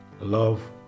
love